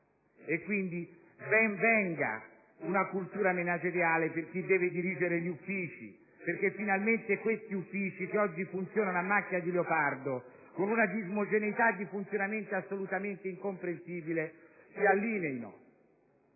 Quindi, ben venga una cultura manageriale per chi deve dirigere gli uffici, cosicché finalmente questi uffici, che oggi funzionano a macchia di leopardo, con una disomogeneità di funzionamento assolutamente incomprensibile, si allineino.